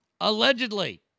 Allegedly